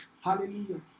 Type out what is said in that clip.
Hallelujah